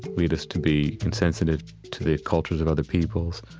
lead us to be insensitive to the cultures of other peoples,